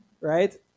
right